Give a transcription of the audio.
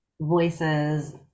voices